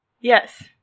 Yes